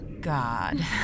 God